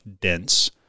dense